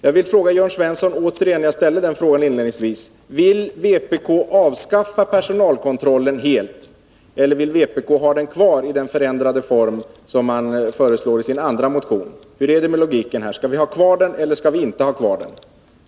Jag vill fråga Jörn Svensson återigen — jag ställde den frågan inledningsvis: Vill vpk avskaffa personalkontrollen helt, eller vill vpk ha den kvar i den förändrade form som man föreslår i sin andra motion? Hur är det med logiken här: Skall vi ha den kvar, eller skall vi inte ha den kvar?